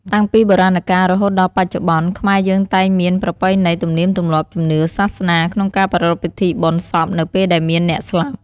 តាំងពីបុរាណកាលរហូតដល់ពេលចុប្បន្ន ខ្មែរយើងតែងមានប្រពៃណីទំនៀមទំលាប់ ជំនឿ សាសនា ក្នុងការប្រារព្ធពិធីបុណ្យសពនៅពេលដែលមានអ្នកស្លាប់។